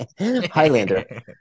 Highlander